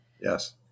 Yes